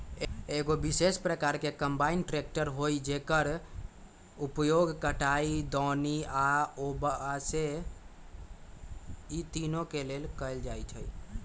एगो विशेष प्रकार के कंबाइन ट्रेकटर हइ जेकर उपयोग कटाई, दौनी आ ओसाबे इ तिनों के लेल कएल जाइ छइ